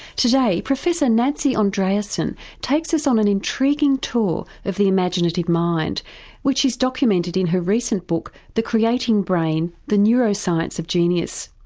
today professor nancy andreasen takes us on an intriguing tour of the imaginative mind which is documented in her recent book the creating brain the neuroscience of genius.